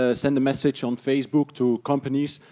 ah send a message on facebook to companies,